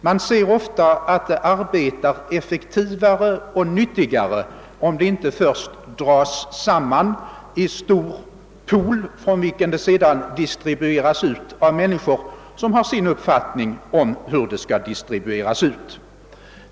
Man ser ofta att det arbetar effektivare och nyttigare, om det inte först dras samman i en stor pool, från vilken det sedan distribueras av människor, som har sin speciella uppfattning om hur detta skall göras.